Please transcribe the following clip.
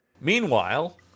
Meanwhile